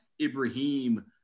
Ibrahim